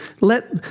let